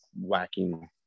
whacking